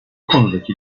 konudaki